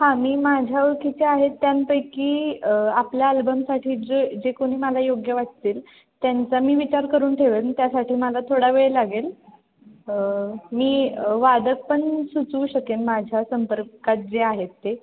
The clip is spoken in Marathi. हां मी माझ्या ओळखीच्या आहेत त्यांपैकी आपल्या आल्बमसाठी जे जे कोणी मला योग्य वाटतील त्यांचा मी विचार करून ठेवेन त्यासाठी मला थोडा वेळ लागेल मी वादक पण सुचू शकेन माझ्या संपर्कात जे आहेत ते